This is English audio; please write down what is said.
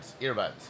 Earbuds